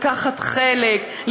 לקחת חלק,